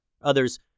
others